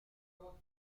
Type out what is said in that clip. euros